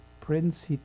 Prince